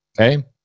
okay